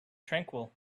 tranquil